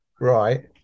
Right